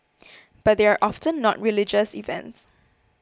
but they are often not religious events